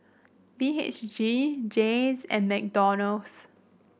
B H G Jays and McDonald's